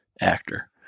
actor